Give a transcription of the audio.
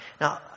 Now